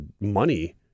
money